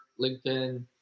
LinkedIn